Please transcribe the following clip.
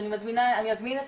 שאני אזמין אותך,